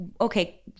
Okay